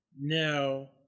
Now